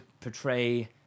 portray